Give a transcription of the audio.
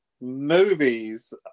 movies